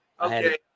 okay